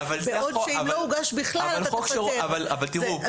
בעוד שאם לא הוגש בכלל אתה תפטר.